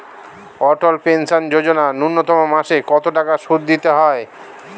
অটল pension Yojana ন্যূনতম মাসে কত টাকা সুধ দিতে হয়?